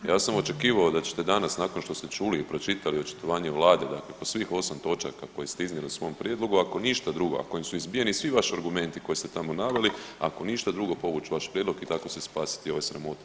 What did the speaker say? Ja sam očekivao da ćete danas nakon što ste čuli i pročitali očitovanje Vlade, dakle po svih 8 točaka koje ste iznijeli u svom prijedlogu ako ništa drugo a kojim su izbijeni svi baš argumenti koje ste tamo naveli ako ništa drugo povući vaš prijedlog i tako se spasiti ove sramote.